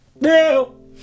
No